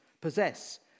possess